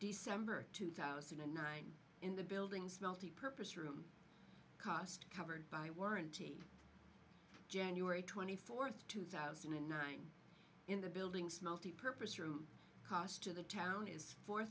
december two thousand and nine in the building's multipurpose room cost covered by warranty january twenty fourth two thousand and nine in the building's not the purpose or cost to the town is four